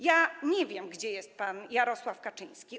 Ja nie wiem, gdzie jest pan Jarosław Kaczyński.